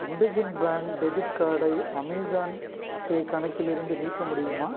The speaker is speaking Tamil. இண்டஸ்இன்ட் பேங்க் டெபிட் கார்டை அமேஸான் பே கணக்கிலிருந்து நீக்க முடியுமா